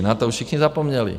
Na to už všichni zapomněli.